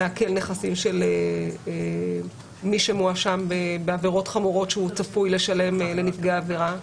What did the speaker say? לעקל נכסים של מי שמואשם בעבירות חמורות שהוא צפוי לשלם לנפגעי עבירה.